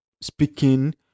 speaking